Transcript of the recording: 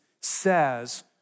says